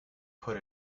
put